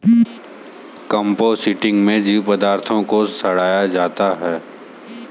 composting में जैविक पदार्थ को सड़ाया जाता है